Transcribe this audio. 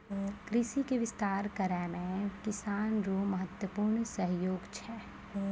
कृषि के विस्तार करै मे किसान रो महत्वपूर्ण सहयोग छै